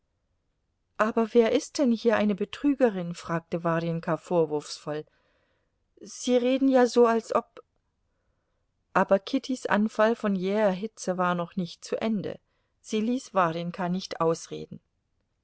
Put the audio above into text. aber wer ist denn hier eine betrügerin fragte warjenka vorwurfsvoll sie reden ja so als ob aber kittys anfall von jäher hitze war noch nicht zu ende sie ließ warjenka nicht ausreden